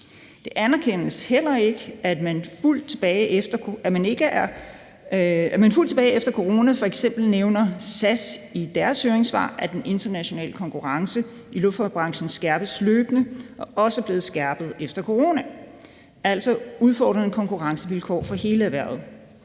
Det anerkendes heller ikke, at man er fuldt tilbage efter corona. F.eks. nævner SAS i deres høringssvar, at den internationale konkurrence i luftfartsbranchen skærpes løbende og også er blevet skærpet efter corona – altså udfordrende konkurrencevilkår for hele erhvervet.